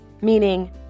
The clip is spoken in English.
meaning